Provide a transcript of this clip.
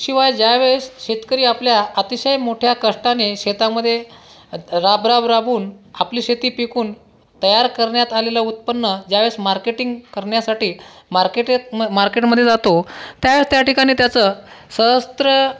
शिवाय ज्या वेळेस शेतकरी आपल्या अतिशय मोठ्या कष्टाने शेतामध्ये राबराब राबून आपली शेती पिकून तयार करण्यात आलेलं उत्पन्न ज्या वेळेस मार्केटिंग करण्यासाठी मार्केटेत मार्केटमध्ये जातो त्या वेळेस त्या ठिकाणी त्याचं सहस्र